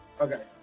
Okay